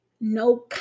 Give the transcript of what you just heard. no